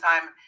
time